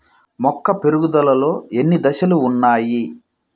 మొక్క పెరుగుదలలో ఎన్ని దశలు వున్నాయి?